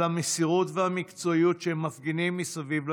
המסירות והמקצועיות שהם מפגינים מסביב לשעון,